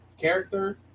character